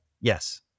Yes